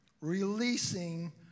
releasing